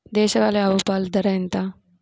దేశవాలీ ఆవు పాలు లీటరు ధర ఎంత?